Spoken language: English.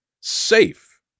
safe